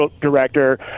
director